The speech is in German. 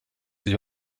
sich